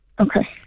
Okay